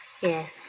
Yes